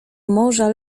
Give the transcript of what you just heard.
morza